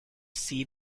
see